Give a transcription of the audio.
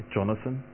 Jonathan